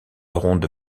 ronde